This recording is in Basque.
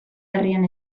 herrian